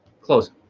close